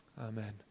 Amen